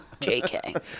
JK